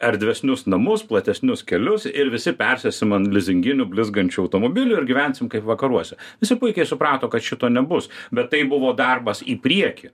erdvesnius namus platesnius kelius ir visi persėsim ant lizinginių blizgančių automobilių ir gyvensim kaip vakaruose visi puikiai suprato kad šito nebus bet tai buvo darbas į priekį